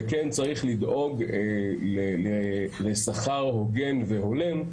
וכן צריך לדאוג לשכר הוגן והולם,